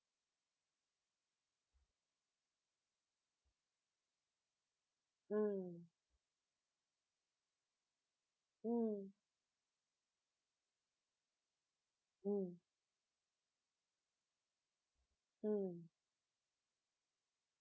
mm mm mm mm